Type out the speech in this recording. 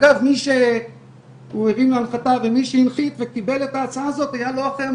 לא חתכתי את האצבע, יצא לי דם מהפיטמה.